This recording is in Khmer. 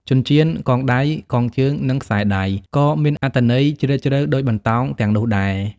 ចិញ្ចៀន កងដៃ កងជើង និងខ្សែដៃក៏មានអត្ថន័យជ្រាលជ្រៅដូចបន្តោងទាំងនោះដែរ។